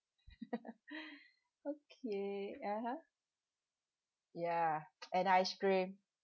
okay (uh huh) ya and ice cream